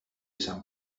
sant